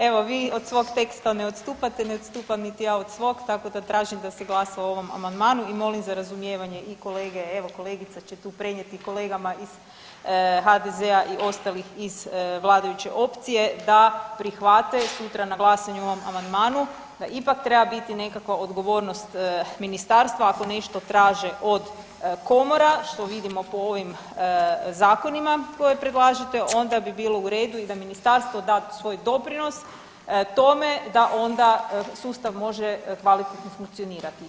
Evo vi od svog teksta ne odstupate, ne odstupam niti ja od svog, tako da tražim da se glasa o ovom amandmanu i molim za razumijevanje i kolege, evo, kolegica će tu prenijeti kolegama iz HDZ-a i ostalih iz vladajuće opcije da prihvate sutra na glasanju o ovom amandmanu da ipak treba biti nekakva odgovornost Ministarstva, ako nešto traže od komora, što vidimo po ovim zakonima koje predlažete, onda bi bilo u redu i da Ministarstvo da svoj doprinos tome da onda sustav može kvalitetno funkcionirati.